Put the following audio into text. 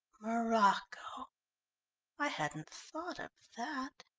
morocco i hadn't thought of that!